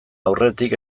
aurretik